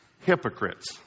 hypocrites